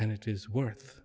and it is worth